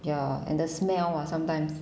ya and the smell ah sometimes